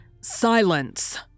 Silence